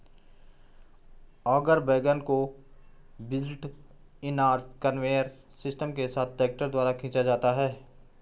auger wagon को built in auger conveyor system के साथ ट्रैक्टर द्वारा खींचा जाता है